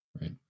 right